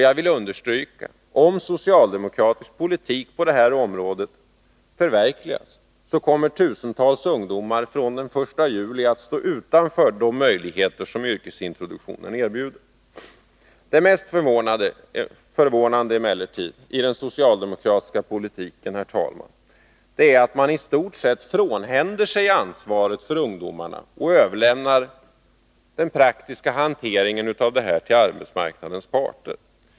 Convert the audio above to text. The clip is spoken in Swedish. Jag vill understryka: Om socialdemokratisk politik på det här området förverkligas kommer tusentals ungdomar från den 1 juli att stå utanför de möjligheter som yrkesintroduktionen erbjuder. Herr talman! Det mest förvånande i den socialdemokratiska politiken är emellertid att man i stort sett frånhänder sig ansvaret för ungdomarna och överlämnar den praktiska hanteringen till arbetsmarknadens parter.